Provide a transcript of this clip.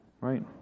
Right